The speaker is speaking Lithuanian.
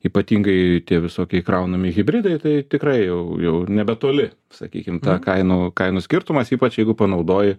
ypatingai tie visokie įkraunami hibridai tai tikrai jau jau nebetoli sakykim ta kainų kainų skirtumas ypač jeigu panaudoji